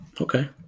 Okay